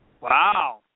Wow